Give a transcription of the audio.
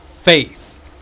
faith